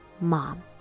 mom